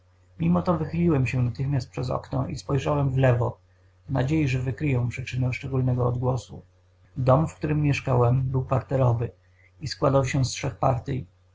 mimo to wychyliłem się natychmiast przez okno i spojrzałem w lewo w nadziei że wykryję przyczynę szczególnego odgłosu dom w którym mieszkałem był parterowy i składał się z trzech partyi